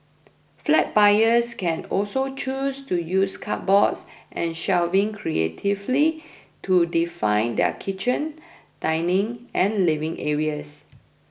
flat buyers can also choose to use cupboards and shelving creatively to define their kitchen dining and living areas